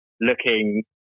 looking